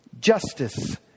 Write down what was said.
justice